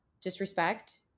disrespect